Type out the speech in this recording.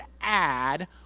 add